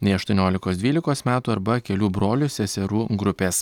nei aštuoniolikos dvylikos metų arba kelių brolių seserų grupės